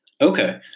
Okay